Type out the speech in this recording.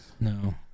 No